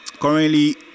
Currently